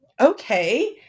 okay